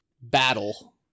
battle